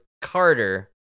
Carter